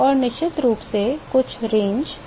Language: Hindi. और निश्चित रूप से कुछ सीमा वैधता सीमा है